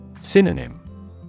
Synonym